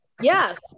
Yes